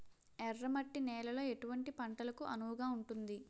ఎర్ర మట్టి నేలలో ఎటువంటి పంటలకు అనువుగా ఉంటుంది?